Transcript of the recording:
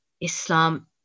islam